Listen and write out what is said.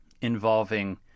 involving